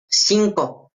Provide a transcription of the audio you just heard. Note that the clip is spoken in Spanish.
cinco